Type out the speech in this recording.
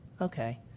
okay